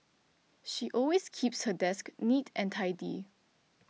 she always keeps her desk neat and tidy